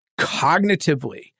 cognitively